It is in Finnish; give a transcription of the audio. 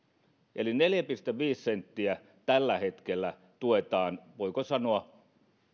eli neljä pilkku viisi senttiä tällä hetkellä tuetaan voiko sanoa